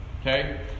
Okay